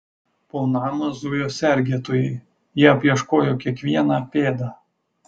po namą zujo sergėtojai jie apieškojo kiekvieną pėdą